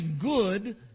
good